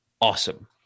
awesome